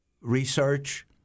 research